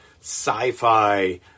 sci-fi